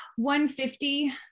150